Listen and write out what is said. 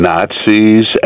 Nazis